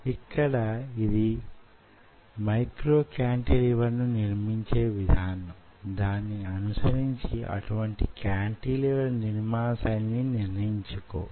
ఇక్కడ యిది మైక్రో కాంటిలివర్లను నిర్మించే విధానం దాన్ని అనుసరించి అటువంటి కాంటిలివర్ల నిర్మాణ శైలిని నిర్ణయించుకోవడం